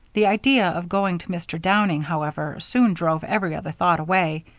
the idea of going to mr. downing, however, soon drove every other thought away,